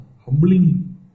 humbling